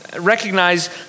recognize